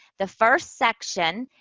the first section,